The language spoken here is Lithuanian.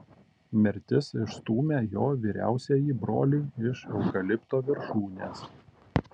mirtis išstūmė jo vyriausiąjį brolį iš eukalipto viršūnės